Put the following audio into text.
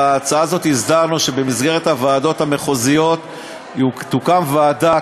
בהצעה הזאת הסדרנו שבמסגרת הוועדות המחוזיות תוקם ועדה